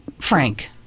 Frank